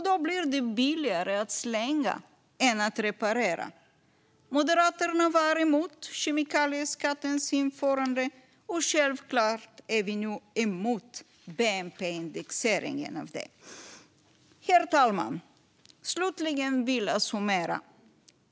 Då blir det billigare att slänga än att reparera. Moderaterna var emot kemikalieskattens införande, och självklart är vi nu emot bnp-indexeringen av den. Herr talman! Slutligen vill jag summera.